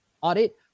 audit